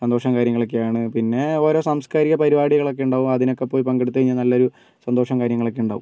സന്തോഷവും കാര്യങ്ങളൊക്കെയാണ് പിന്നെ ഓരോ സാംസ്കാരിക പരിപാടികളൊക്കെ ഉണ്ടാവും അതിനൊക്കെ പോയി പങ്കെടുത്ത് കഴിഞ്ഞാൽ നല്ലൊരു സന്തോഷവും കാര്യങ്ങളൊക്കെ ഉണ്ടാവും